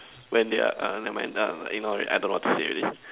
when they are err never mind err ignore it I don't know what to say already